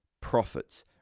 profits